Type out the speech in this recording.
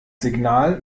signal